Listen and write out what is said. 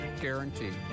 Guaranteed